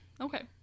Okay